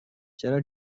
چرا